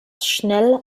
schnell